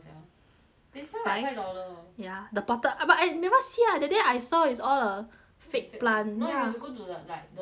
they sell like five five dollar ya the potted but I never see lah that day I saw it's all the fake [one] fake plant ya no you have to go to the like the 另一边